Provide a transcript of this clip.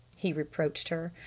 he reproached her.